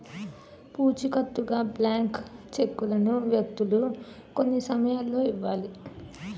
పూచికత్తుగా బ్లాంక్ చెక్కులను వ్యక్తులు కొన్ని సమయాల్లో ఇవ్వాలి